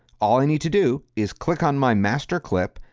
all i need to do is click on my master clip,